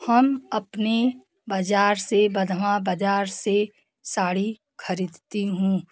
हम अपने बाजार से बधवाँ बजार से साड़ी खरीदती हूँ